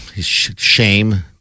Shame